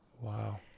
Wow